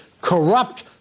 corrupt